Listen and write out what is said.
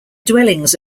dwellings